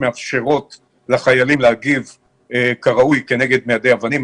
מאפשרות לחיילים להגיב כראוי כנגד מיידי אבנים,